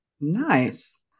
Nice